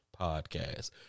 podcast